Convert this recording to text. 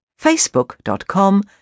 facebook.com